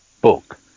book